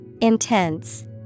Intense